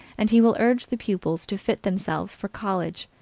and he will urge the pupils to fit themselves for college,